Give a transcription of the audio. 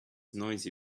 noisy